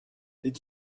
did